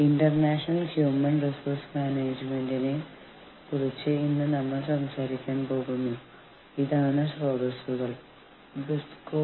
labour relations പ്രക്രിയയുടെ മൂന്ന് തരം മാനേജ്മെന്റുകളെക്കുറിച്ച് നമ്മൾ മുൻ പ്രഭാഷണത്തിൽ സംസാരിച്ചു